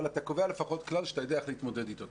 אבל אתה קובע לפחות כלל שאתה יודע איך להתמודד איתו.